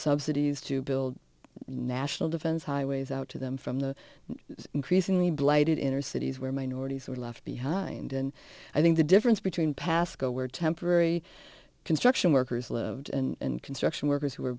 subsidies to build national defense highways out to them from the increasingly blighted inner cities where minorities were left behind and i think the difference between pascoe were temporary construction workers lived and construction workers who